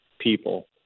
people